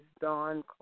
Dawn